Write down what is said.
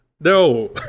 No